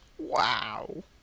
Wow